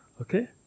Okay